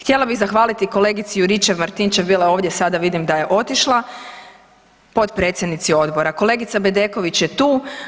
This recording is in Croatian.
Htjela bih zahvaliti kolegici Juričev Martinčev bila je ovdje sada vidim da je otišla, potpredsjednici odbora, kolegica Bedeković je tu.